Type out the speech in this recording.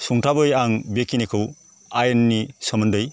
सुंथाबै आं बेखिनिखौ आयेननि सोमोन्दै